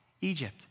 Egypt